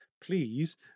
please